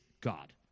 God